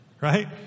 Right